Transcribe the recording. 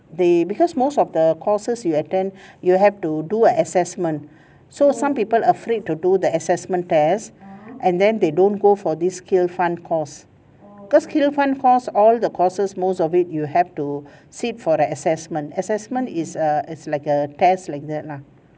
they because most of the courses you attend you'll have to do an assessment so some people afraid to do the assessment test and then they don't go for this skill fund course cause skill fund course all the courses most of it you have to sit for a assessment assessment is err is like a test like that lah